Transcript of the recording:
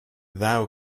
thou